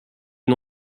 une